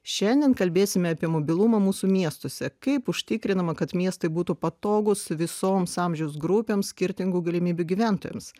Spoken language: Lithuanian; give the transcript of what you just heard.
šiandien kalbėsime apie mobilumą mūsų miestuose kaip užtikrinama kad miestai būtų patogus visoms amžiaus grupėms skirtingų galimybių gyventojams